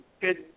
good